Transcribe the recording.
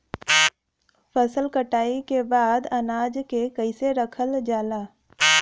फसल कटाई के बाद अनाज के कईसे रखल जाला?